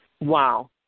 Wow